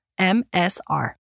MSR